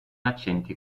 accenti